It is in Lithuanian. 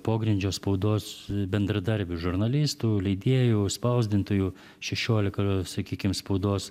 pogrindžio spaudos bendradarbių žurnalistų leidėjų spausdintojų šešiolika sakykim spaudos